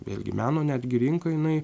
vėlgi meno netgi rinka jinai